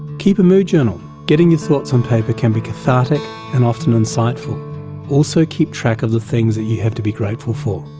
keep a mood journal getting your thoughts on paper can be cathartic and often insightful also keep track of the things that you have to be grateful for.